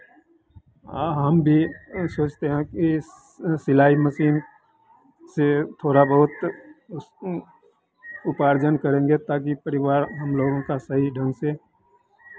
आ हम भी सोचते हैं कि इस सिलाई मशीन से थोड़ा बहुत उस उपार्जन करेंगे ताकि परिवार हम लोगों का सही ढंग से